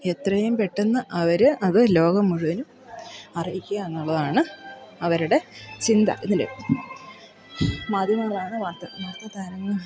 എത്രയും പെട്ടന്ന് അവർ അത് ലോകം മുഴുവനും അറിയിക്കുക എന്നുള്ളതാണ് അവരുടെ ചിന്ത ഇതിൽ മാധ്യമങ്ങളാണ് വാർത്ത വാർത്ത തരുന്നത്